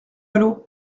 vallaud